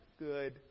Good